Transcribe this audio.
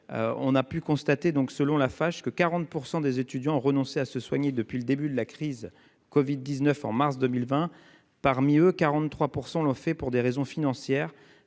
une priorité. Selon la Fage, 40 % des étudiants ont renoncé à se soigner depuis le début de la crise du covid-19, en mars 2020. Parmi eux, 43 % l'ont fait pour des raisons financières,